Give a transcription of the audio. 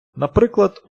наприклад